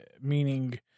meaning